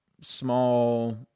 small